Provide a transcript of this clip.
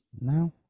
now